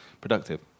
productive